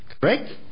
correct